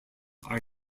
are